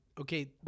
okay